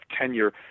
tenure